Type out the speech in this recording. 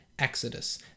Exodus